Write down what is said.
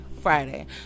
Friday